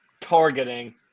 targeting